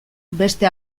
beste